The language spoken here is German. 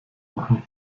machen